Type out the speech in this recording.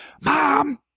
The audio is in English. Mom